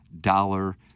dollar